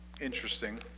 interesting